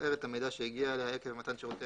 תבער את המידע שהגיע אליה עקב מתן שירותי